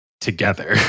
together